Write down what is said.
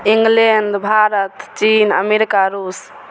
England Bharat चीन America रूस